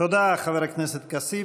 תודה, חבר הכנסת כסיף.